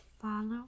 follow